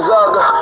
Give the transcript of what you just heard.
Zaga